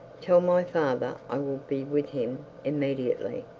tell my father i will be with him immediately